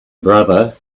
brother